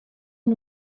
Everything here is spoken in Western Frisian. oan